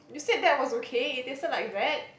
you said that was okay it tasted like that